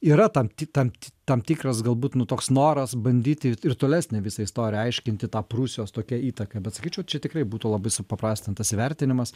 yra tam ti tam ti tam tikras galbūt nu toks noras bandyti ir tolesnę visą istoriją aiškinti ta prūsijos tokia įtaka bet sakyčiau čia tikrai būtų labai supaprastintas įvertinimas